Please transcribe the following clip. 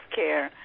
care